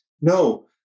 no